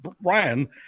Brian